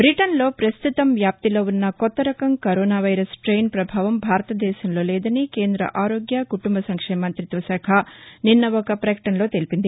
భిటన్లో ప్రస్తుతం వ్యాప్తిలో ఉన్న కొత్తరకం కరోనా వైరస్ స్టెయిన్ ప్రభావం భారతదేశంలో లేదని కేంద్ర ఆరోగ్బ కుటుంబ సంక్షేమ మంతిత్వ శాఖ నిన్న ఒక ప్రకటనలో తెలిపింది